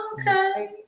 okay